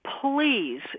Please